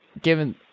given –